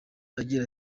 agira